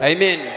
Amen